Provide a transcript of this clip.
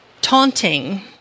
taunting